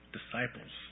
Disciples